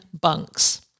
bunks